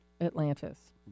Atlantis